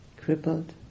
crippled